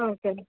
okay